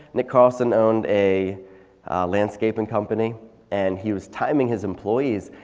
nick carlson owned a landscaping company and he was timing his employees.